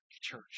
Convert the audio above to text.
church